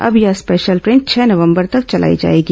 अब यह special train छह नवंबर तक चलाई जाएगी